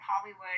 Hollywood